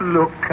Look